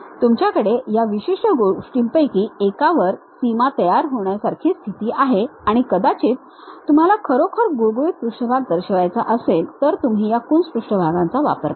तुमच्याकडे या विशिष्ट गोष्टींपैकी एकावर सीमा तयार होण्यासारखी स्थिती आहे आणि कदाचित तुम्हाला खरोखर गुळगुळीत पृष्ठभाग दार्शवायचा असेल तर तुम्ही या कून्स पृष्ठभागाचा वापर करता